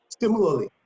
Similarly